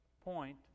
point